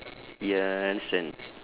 ya I understand